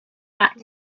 back